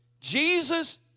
Jesus